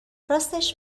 راستش